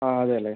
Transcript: ആ അതെ അല്ലേ